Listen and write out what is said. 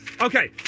okay